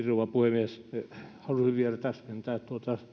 rouva puhemies haluaisin vielä täsmentää